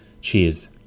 Cheers